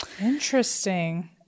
interesting